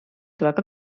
toitu